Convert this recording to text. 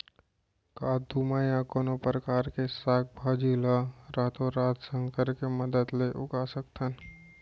का तुमा या कोनो परकार के साग भाजी ला रातोरात संकर के मदद ले उगा सकथन?